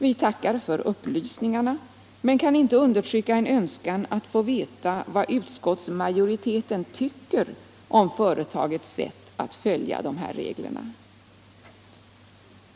Vi tackar för dessa upplysningar, men kan inte undertrycka en önskan att få veta vad utskottsmajoriteten tycker om företagets sätt alt följa dessa regler.